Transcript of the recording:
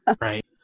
Right